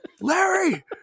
larry